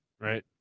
right